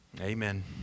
Amen